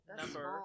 number